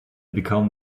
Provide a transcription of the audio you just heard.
become